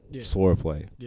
swordplay